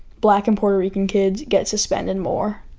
black and puerto rican kids get suspended more?